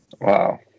Wow